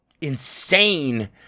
insane